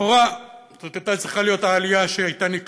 לכאורה, זאת הייתה צריכה להיות העלייה הנקלטת